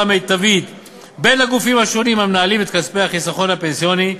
מיטבית בין הגופים השונים המנהלים את כספי החיסכון הפנסיוני,